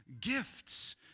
gifts